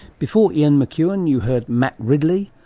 before ian mcewan you heard matt ridley,